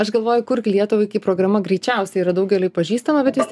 aš galvoju kurk lietuvai kai programa greičiausia yra daugeliui pažįstama bet vis tiek